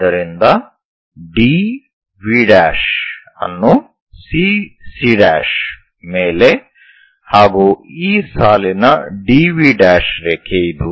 ಆದ್ದರಿಂದ DV ಅನ್ನು CC ಮೇಲೆ ಹಾಗು ಈ ಸಾಲಿನ DV ರೇಖೆ ಇದು